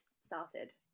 started